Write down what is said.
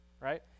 right